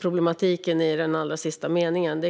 problemet i den allra sista meningen.